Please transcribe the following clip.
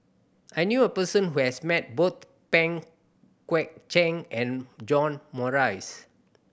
I knew a person who has met both Pang Guek Cheng and John Morrice